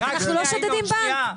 אנחנו לא שודדים בנק.